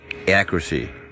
Accuracy